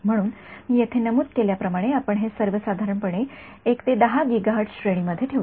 म्हणून मी येथे नमूद केल्याप्रमाणे आपण हे साधारणपणे १ ते १0 गिगाहर्ट्ज श्रेणीमध्ये ठेवतो